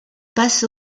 passe